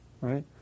right